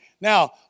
Now